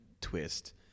twist